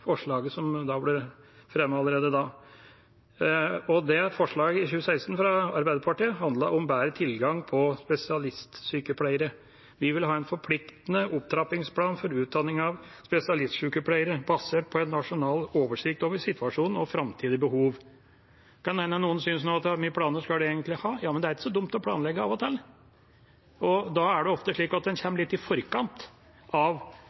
forslaget som ble fremmet allerede da. Det forslaget fra Arbeiderpartiet i 2016 handlet om bedre tilgang på spesialistsykepleiere. Vi ville ha en forpliktende opptrappingsplan for utdanning av spesialistsykepleiere basert på en nasjonal oversikt over situasjonen og framtidige behov. Det kan hende noen spør: Hvor mange planer skal man egentlig ha? Men det er ikke så dumt å planlegge av og til. Da er det ofte slik at en kommer litt i forkant av